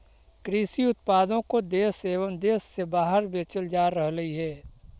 कृषि उत्पादों को देश एवं देश से बाहर बेचल जा रहलइ हे